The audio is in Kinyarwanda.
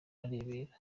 arebera